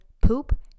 poop